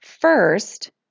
first